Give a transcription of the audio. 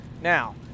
Now